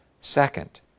second